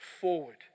forward